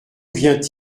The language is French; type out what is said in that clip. vient